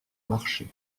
marcher